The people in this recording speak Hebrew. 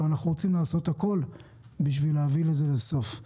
אנחנו רוצים לעשות הכול בשביל להביא לזה סוף.